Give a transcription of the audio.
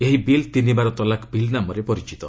ଏହି ବିଲ୍ ତିନିବାର ତଲାକ ବିଲ୍ ନାମରେ ପରିଚିତ